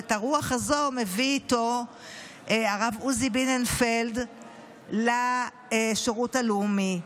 ואת הרוח הזו מביא איתו הרב עוזי ביננפלד לשירות הלאומי.